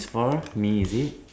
it's for me is it